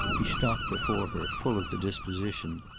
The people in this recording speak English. he stopped before her, full of the disposition.